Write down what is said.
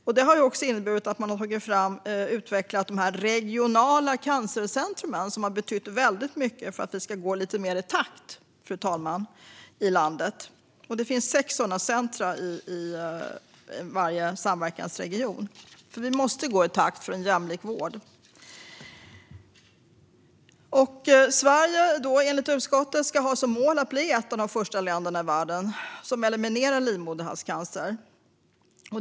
Det har också inneburit att man har utvecklat de regionala cancercentrum som har betytt väldigt mycket för att vi ska gå lite mer i takt i landet, fru talman. Det finns sex sådana centrum i varje samverkansregion. Vi måste gå i takt om vi ska ha en jämlik vård. Sverige ska enligt utskottet ha som mål att bli ett av de första länderna i världen som eliminerar livmoderhalscancer.